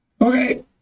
Okay